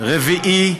(הוראות לעניין המלצה של רשות חוקרת),